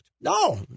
No